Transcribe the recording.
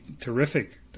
terrific